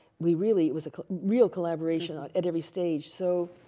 we really it was a real collaboration at at every stage. so,